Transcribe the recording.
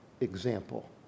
example